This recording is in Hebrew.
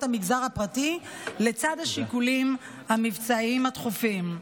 המגזר הפרטי לצד השיקולים המבצעיים הדחופים.